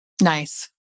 Nice